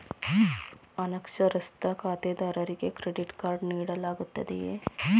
ಅನಕ್ಷರಸ್ಥ ಖಾತೆದಾರರಿಗೆ credit card ನೀಡಲಾಗುತ್ತದೆಯೇ?